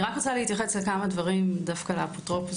אני רוצה להתייחס לכמה דברים על האפוטרופוס,